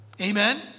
Amen